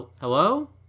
Hello